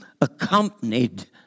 accompanied